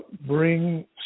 bring